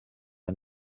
are